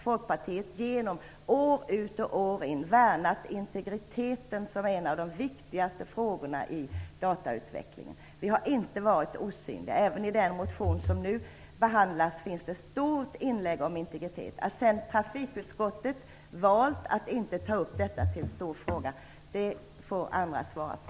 Folkpartiet har år ut och år in värnat integriteten som en av de viktigaste frågorna inom datautvecklingen. Vi har inte varit osynliga. Även i den motion som nu behandlas finns det ett stort inlägg om integriteten. Varför sedan trafikutskottet valt att inte ta upp detta som en stor fråga får andra svara på.